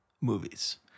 movies